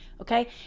Okay